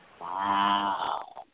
Wow